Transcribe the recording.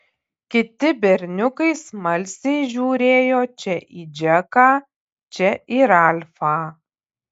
kiti berniukai smalsiai žiūrėjo čia į džeką čia į ralfą